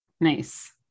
Nice